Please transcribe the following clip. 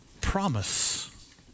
promise